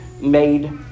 made